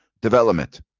development